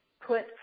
put